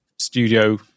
studio